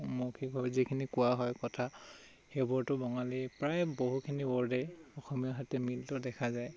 মৌখিক যিখিনি কোৱা হয় কথা সেইবোৰতো বঙালী প্ৰায় বহুখিনি ৱৰ্ডে অসমীয়াৰ সৈতে মিলটো দেখা যায়